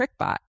TrickBot